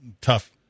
tough